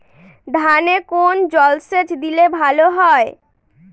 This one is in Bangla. ধানে কোন জলসেচ দিলে ভাল হয়?